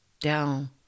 down